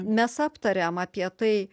mes aptariam apie tai